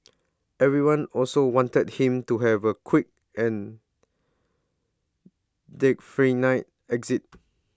everyone also wanted him to have A quick and exit